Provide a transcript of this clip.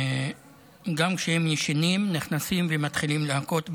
גם כשהם ישנים, נכנסים ומתחילים להכות בהם,